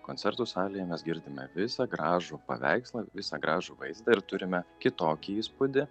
koncertų salėje mes girdime visą gražų paveikslą visą gražų vaizdą ir turime kitokį įspūdį